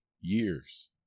years